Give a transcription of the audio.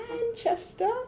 Manchester